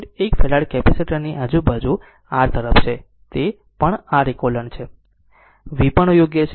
1 Faraday capacitor ની આજુબાજુ તે R તરફ છે તે પણ Req છે તે v પણ યોગ્ય છે